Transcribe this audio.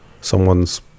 someone's